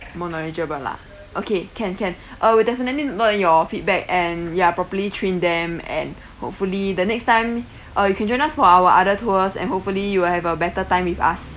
more knowledgeable lah okay can can uh we definitely look at your feedback and ya properly train them and hopefully the next time uh you can join us for our other tours and hopefully you will have a better time with us